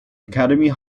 academy